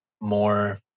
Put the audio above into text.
more